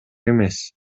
эмес